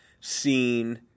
seen